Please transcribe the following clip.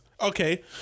Okay